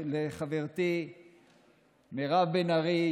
לחברתי מירב בן ארי,